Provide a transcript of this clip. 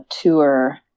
tour